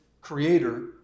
creator